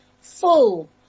full